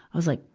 i was like,